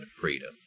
freedom